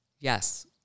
Yes